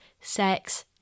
sex